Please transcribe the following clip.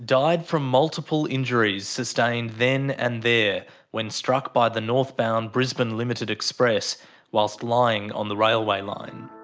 died from multiple injuries sustained then and there when struck by the northbound brisbane limited express whilst lying on the railway line.